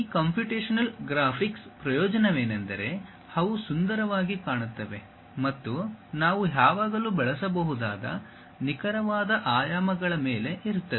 ಈ ಕಂಪ್ಯೂಟೇಶನಲ್ ಗ್ರಾಫಿಕ್ಸ್ನ ಪ್ರಯೋಜನವೆಂದರೆ ಅವು ಸುಂದರವಾಗಿ ಕಾಣುತ್ತವೆ ಮತ್ತು ನಾವು ಯಾವಾಗಲೂ ಬಳಸಬಹುದಾದ ನಿಖರವಾದ ಆಯಾಮಗಳ ಮೇಲೆ ಇರುತ್ತದೆ